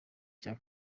cya